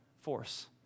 force